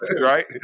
right